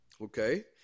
okay